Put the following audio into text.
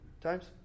times